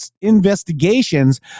investigations